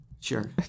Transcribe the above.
Sure